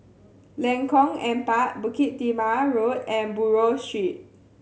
Lengkong Empat Bukit Timah Road and Buroh Street